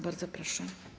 Bardzo proszę.